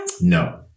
No